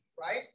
right